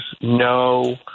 no